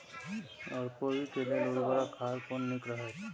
ओर कोबी के लेल उर्वरक खाद कोन नीक रहैत?